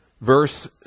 Verse